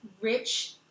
rich